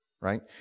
Right